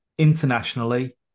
internationally